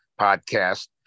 podcast